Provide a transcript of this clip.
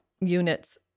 units